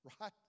Right